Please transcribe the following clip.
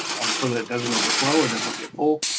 um so that it doesn't overflow or doesn't get full.